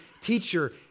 teacher